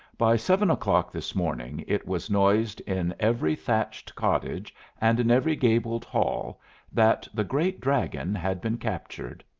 by seven o'clock this morning it was noised in every thatched cottage and in every gabled hall that the great dragon had been captured.